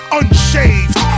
unshaved